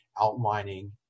outlining